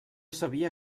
sabia